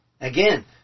Again